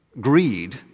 greed